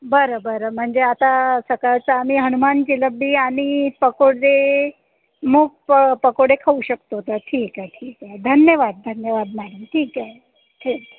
बरं बरं म्हंजे आता सकाळचं आम्ही हनुमानची रबडी आणि पकोडे मूग प पकोडे खाऊ शकतो तर ठीक आहे ठीक आहे धन्यवाद धन्यवाद मॅडम ठीक आहे